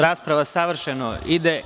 Rasprava savršeno ide.